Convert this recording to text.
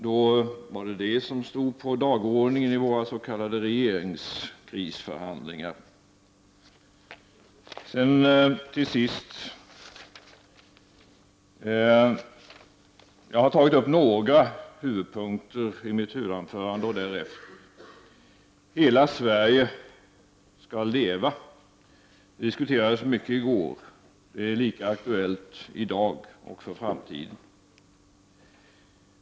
Då stod den punkten på dagordningen i de s.k. regeringskrisförhandlingarna. Jag har tagit upp några huvudpunkter i mitt huvudanförande och i de efterföljande replikerna. ”Hela Sverige ska leva!” diskuterades mycket i går, men det är lika aktuellt i dag och inför framtiden.